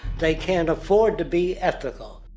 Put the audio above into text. they can't afford to be ethical.